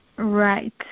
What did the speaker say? Right